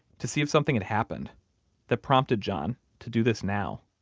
to see if something had happened that prompted john to do this now.